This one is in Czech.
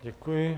Děkuji.